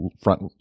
front